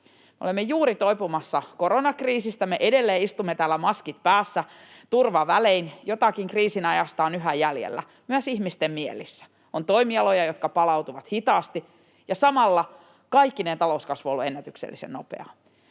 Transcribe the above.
olemme juuri toipumassa koronakriisistä, me edelleen istumme täällä maskit päässä turvavälein. Jotakin kriisin ajasta on yhä jäljellä myös ihmisten mielissä. On toimialoja, jotka palautuvat hitaasti, ja samalla talouskasvu kaikkineen on ollut ennätyksellisen nopeaa.